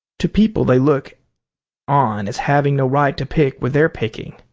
to people they look on as having no right to pick where they're picking.